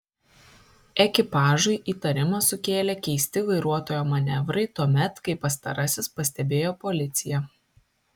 ekipažui įtarimą sukėlė keisti vairuotojo manevrai tuomet kai pastarasis pastebėjo policiją